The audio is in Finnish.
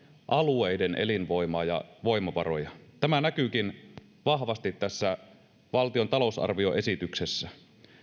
alueiden elinvoimaa ja voimavaroja tämä näkyykin vahvasti tässä valtion talousarvioesityksessä